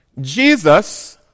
Jesus